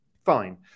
Fine